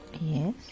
Yes